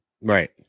right